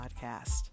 podcast